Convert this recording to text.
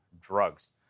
drugs